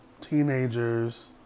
teenagers